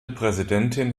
präsidentin